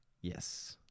yes